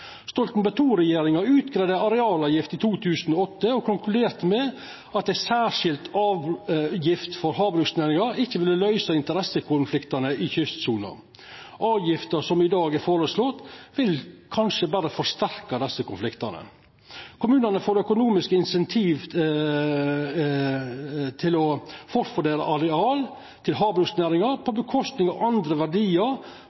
med at ei særskilt avgift for havbruksnæringa ikkje ville løysa interessekonfliktene i kystsona. Avgifta som i dag er foreslått, vil kanskje berre forsterka desse konfliktane. Kommunane får økonomiske incentiv til å forfordele areal til havbruksnæringa